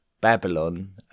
Babylon